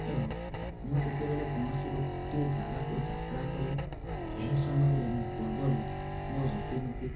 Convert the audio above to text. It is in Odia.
ଏବଂ ମୁଁ ଯେତେବେଳେ କୌଣସି ଗୋଟିଏ ଜାଗାକୁ ଯାତ୍ରା କରେ ସେହି ସମାଜରେ ମୋ ପୂର୍ବରୁ ମୋ ରୀତିନୀତି